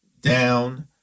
down